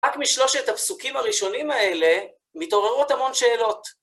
רק משלושת הפסוקים הראשונים האלה מתעוררות המון שאלות.